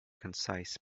concise